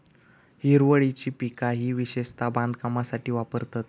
हिरवळीची पिका ही विशेषता बांधकामासाठी वापरतत